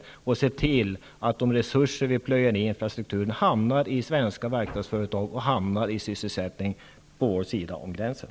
Det gäller att se till att de resurser som plöjs ner i infrastrukturen också hamnar i svenska verkstadsföretag. Det handlar alltså om att det skall finnas sysselsättning på vår sida av gränsen.